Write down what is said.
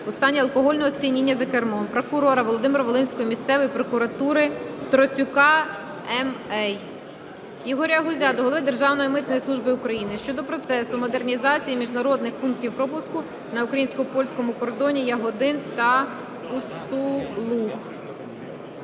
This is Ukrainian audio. у стані алкогольного сп'яніння за кермом, прокурора Володимир-Волинської місцевої прокуратури Троцюка М.Й. Ігоря Гузя до голови Державної митної служби України щодо процесу модернізації міжнародних пунктів пропуску на україно-польському кордоні "Ягодин" та "Устилуг".